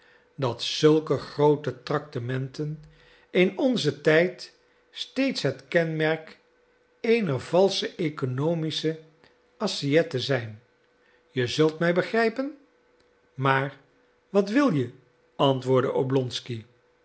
dat zulke groote tractementen in onzen tijd steeds het kenmerk eener valsche oeconomische assiette zijn je zult mij begrijpen maar wat wil je antwoordde oblonsky